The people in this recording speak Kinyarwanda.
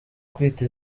kwita